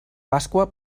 pasqua